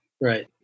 right